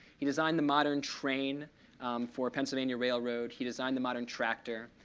he designed the modern train for pennsylvania railroad. he designed the modern tractor.